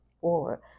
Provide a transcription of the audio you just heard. forward